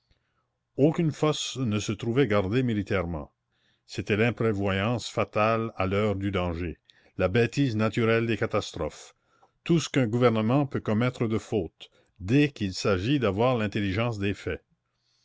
aucune fosse ne se trouvait gardée militairement c'était l'imprévoyance fatale à l'heure du danger la bêtise naturelle des catastrophes tout ce qu'un gouvernement peut commettre de fautes dès qu'il s'agit d'avoir l'intelligence des faits